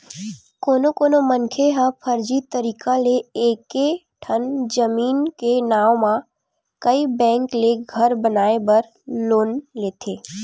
कोनो कोनो मनखे ह फरजी तरीका ले एके ठन जमीन के नांव म कइ बेंक ले घर बनाए बर लोन लेथे